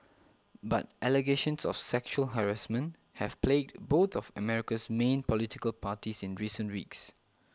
but allegations of sexual harassment have plagued both of America's main political parties in recent weeks